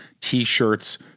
t-shirts